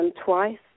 twice